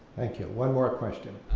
thank you one more question.